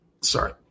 Sorry